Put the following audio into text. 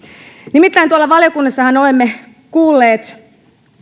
nimittäin tuolla valiokunnassahan olemme kuulleet